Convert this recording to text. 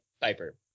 Piper